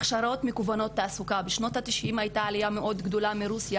הכשרות מכוונות תעסוקה: בשנות ה-90 הייתה עלייה מאוד גדולה מרוסיה,